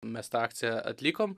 mes tą akciją atlikom